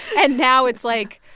and now it's like,